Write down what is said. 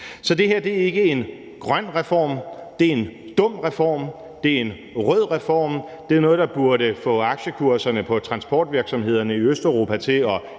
Så det her er ikke en grøn reform, men det er en dum reform, og det er en rød reform. Det er jo også noget, der burde få aktiekurserne på transportvirksomhederne i Østeuropa til at